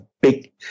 big